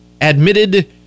admitted